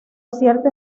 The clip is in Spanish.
cierto